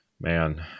man